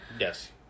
Yes